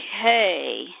Okay